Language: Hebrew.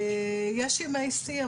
יש ימי שיא,